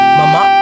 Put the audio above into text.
mama